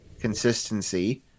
Consistency